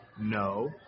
No